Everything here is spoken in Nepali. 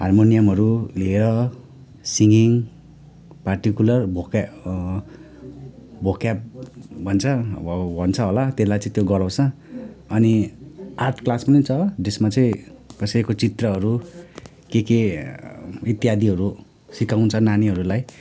हार्मोनियमहरू लिएर सिङ्गिङ पार्टिकुलर भोके भोक्याब भन्छ भन्छ होला त्यसलाई चाहिँ त्यो गराउँछ अनि आर्ट क्लास पनि छ त्यसमा चाहिँ कसैको चित्रहरू के के इत्यादिहरू सिकाउँछ नानीहरूलाई